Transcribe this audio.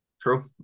True